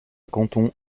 canton